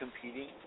competing